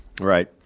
Right